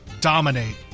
dominate